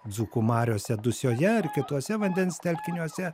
dzūkų mariose dusioje ar kituose vandens telkiniuose